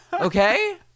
Okay